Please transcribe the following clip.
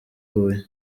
huye